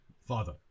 father